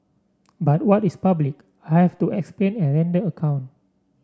but what is public I have to explain and render account